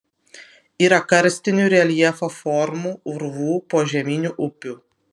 yra karstinių reljefo formų urvų požeminių upių